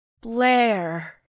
Blair